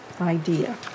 idea